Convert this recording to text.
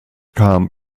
kam